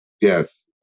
Yes